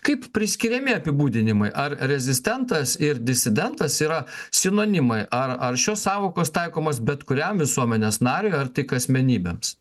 kaip priskiriami apibūdinimai ar rezistentas ir disidentas yra sinonimai ar ar šios sąvokos taikomos bet kuriam visuomenės nariui ar tik asmenybėms